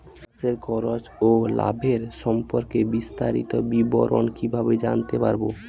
চাষে খরচ ও লাভের সম্পর্কে বিস্তারিত বিবরণ কিভাবে জানতে পারব?